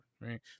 Right